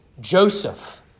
Joseph